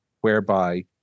whereby